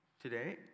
Today